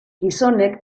gizonek